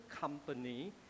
company